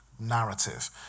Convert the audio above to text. narrative